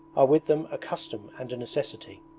are with them a custom and a necessity.